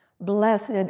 Blessed